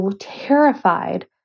terrified